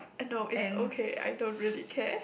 I know it's okay I don't really care